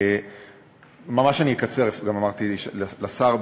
אני ממש אקצר, גם אמרתי לשר.